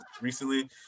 recently